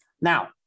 Now